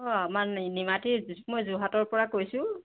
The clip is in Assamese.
অ আমাৰ নিমাতী মই যোৰহাটৰ পৰা কৈছোঁ